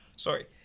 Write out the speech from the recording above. Sorry